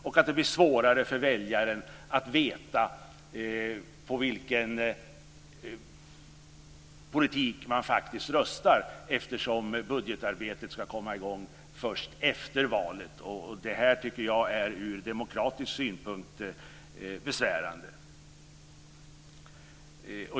Och det blir svårare för väljaren att veta på vilken politik man faktiskt röstar, eftersom budgetarbetet ska komma i gång först efter valet. Det tycker jag ur demokratisk synpunkt är besvärande.